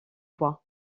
voix